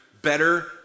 better